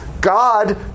God